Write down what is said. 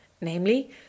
namely